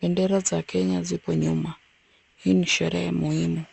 Bendera za Kenya zipo nyuma. Hii ni sherehe muhimu.